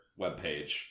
webpage